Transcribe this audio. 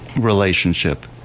relationship